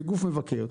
כגוף מבקר.